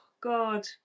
god